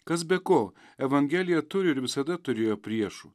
kas be ko evangelija turi ir visada turėjo priešų